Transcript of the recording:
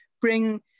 bring